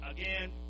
again